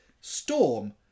Storm